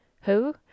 Who